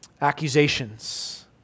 Accusations